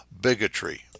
bigotry